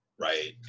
Right